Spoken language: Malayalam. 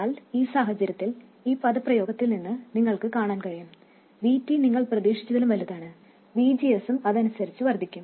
എന്നാൽ ഈ സാഹചര്യത്തിൽ ഈ പദപ്രയോഗത്തിൽ നിന്ന് നിങ്ങൾക്ക് കാണാൻ കഴിയും Vt നിങ്ങൾ പ്രതീക്ഷിച്ചതിലും വലുതാണ് VGS ഉം അതിനനുസരിച്ച് വർദ്ധിക്കും